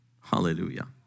Hallelujah